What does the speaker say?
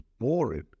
boring